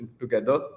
together